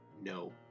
no